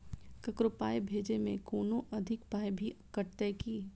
ककरो पाय भेजै मे कोनो अधिक पाय भी कटतै की?